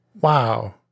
Wow